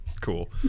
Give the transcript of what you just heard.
cool